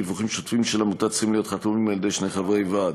דיווחים שוטפים של עמותה צריכים להיות חתומים על-ידי שני חברי ועד.